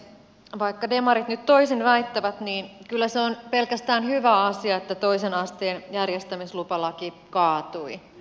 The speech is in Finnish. vaikka demarit nyt toisin väittävät niin kyllä se on pelkästään hyvä asia että toisen asteen järjestämislupalaki kaatui